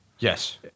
Yes